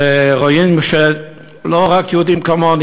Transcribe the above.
זה לא יהודים כמוני.